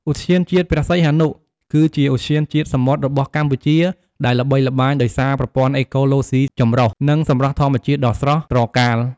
ឧទ្យានជាតិព្រះសីហនុ គឺជាឧទ្យានជាតិសមុទ្ររបស់កម្ពុជា ដែលល្បីល្បាញដោយសារប្រព័ន្ធអេកូឡូស៊ីចម្រុះ និងសម្រស់ធម្មជាតិដ៏ស្រស់ត្រកាល។